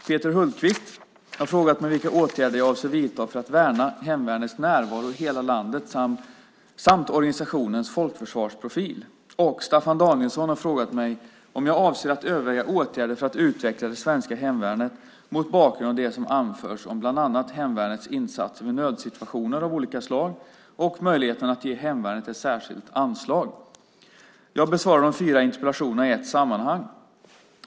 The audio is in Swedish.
Peter Hultqvist har frågat mig vilka åtgärder jag avser att vidta för att värna hemvärnets närvaro i hela landet samt organisationens folkförsvarsprofil. Staffan Danielsson har frågat mig om jag avser att överväga åtgärder för att utveckla det svenska hemvärnet mot bakgrund av det som anförs om bland annat hemvärnets insatser vid nödsituationer av olika slag och möjligheten att ge hemvärnet ett särskilt anslag. Jag besvarar de fyra interpellationerna i ett sammanhang.